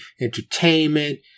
entertainment